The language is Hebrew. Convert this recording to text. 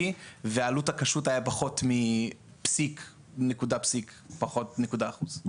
ועלות הכשרות הייתה פחות מפסיק נקודה פסיק פחות נקודה אחוז.